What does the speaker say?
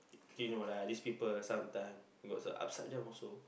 you know lah this people sometime got some upside down also